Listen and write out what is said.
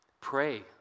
pray